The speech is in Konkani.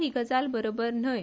ही गजाल बरोबर न्हय